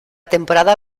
temporada